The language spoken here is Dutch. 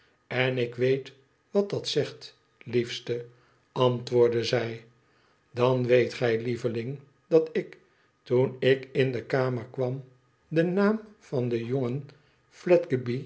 n ik weet wat dat zegt liefste antwoordde zij dan weet gij lieveling dat ik toen ik in de kamer kwam den naam van den jongen